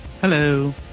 Hello